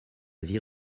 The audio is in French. vie